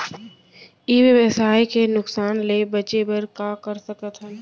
ई व्यवसाय के नुक़सान ले बचे बर का कर सकथन?